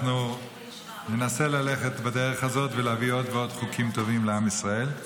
אנחנו ננסה ללכת בדרך הזאת ולהביא עוד ועוד חוקים טובים לעם ישראל.